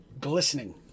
glistening